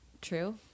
true